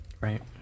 Right